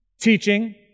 teaching